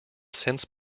since